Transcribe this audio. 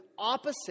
opposite